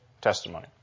testimony